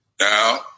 Now